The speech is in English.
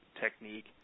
technique